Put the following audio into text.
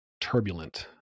turbulent